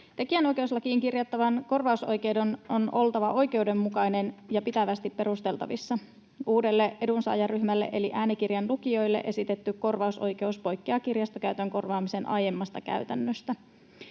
Tekijänoikeuslakiin kirjattavan korvausoikeuden on oltava oikeudenmukainen ja pitävästi perusteltavissa. Uudelle edunsaajaryhmälle eli äänikirjan lukijoille esitetty korvausoikeus poikkeaa kirjastokäytön korvaamisen aiemmasta käytännöstä.